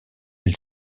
elle